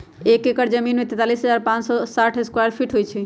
एक एकड़ जमीन में तैंतालीस हजार पांच सौ साठ स्क्वायर फीट होई छई